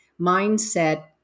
mindset